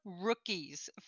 rookies